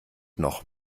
noch